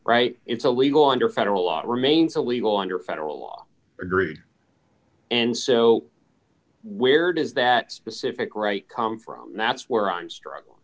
right it's a legal under federal law remains illegal under federal law degree and so where does that specific right come from that's where i'm stru